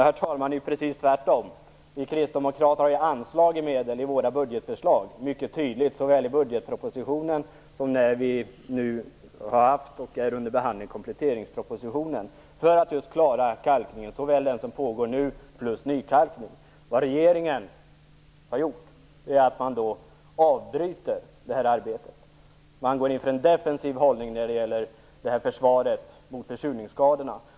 Herr talman! Det är ju precis tvärtom. Vi kristdemokrater har anslagit medel i våra budgetförslag, såväl i anslutning till budgetpropositionen som kompletteringspropositionen, som nu är under behandling. Detta har vi gjort för att klara kalkningen, den som pågår nu och även nykalkningen. Vad regeringen har gjort är att den nu avbrutit detta arbete och gått in för en defensiv hållning när det gäller försvaret mot försurningsskadorna.